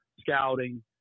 scouting